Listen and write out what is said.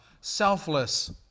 selfless